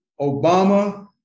Obama